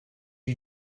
you